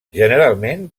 generalment